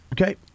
Okay